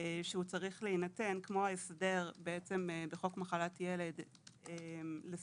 הוא צריך להינתן כמו בהסדר בחוק מחלת ילד לסירוגין.